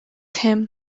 him